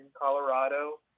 Colorado